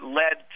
led